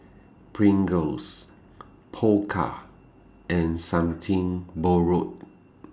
Pringles Pokka and Something Borrowed